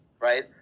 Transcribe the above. right